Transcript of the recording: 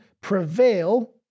prevail